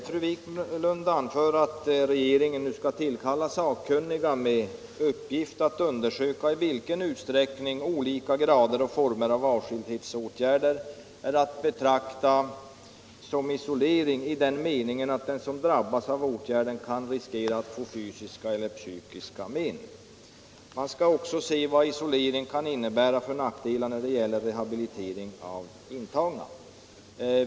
Fru Wiklund sade att regeringen nu skall tillkalla sakkunniga med uppgift att undersöka i vilken utsträckning olika grader och former av avskildhetsåtgärder är att betrakta som isolering, i den meningen att den som drabbas av åtgärderna riskerar att få fysiska eller psykiska men. Man skall även undersöka vad isoleringen kan innebära för nackdelar när det gäller rehabilitering av intagna.